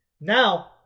now